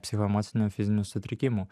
psichoemocinių fizinių sutrikimų